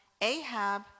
Ahab